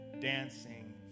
dancing